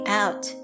out